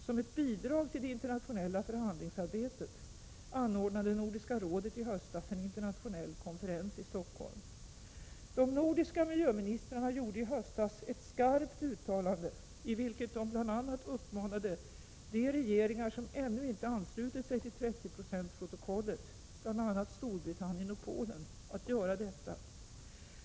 Som ett bidrag till det internationella förhandlingsarbetet anordnade Nordiska rådet i höstas en internationell konferens i Stockholm. De nordiska miljöministrarna gjorde i höstas ett skarpt uttalande i vilket de bl.a. uppmanade de regeringar som ännu inte anslutit sig till 30 96 protokollet, bl.a. Storbritannien och Polen, att göra detta.